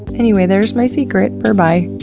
anyways, there is my secret. berbye.